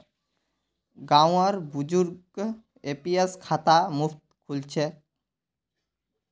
गांउर बुजुर्गक एन.पी.एस खाता मुफ्तत खुल छेक